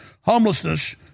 homelessness